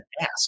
ask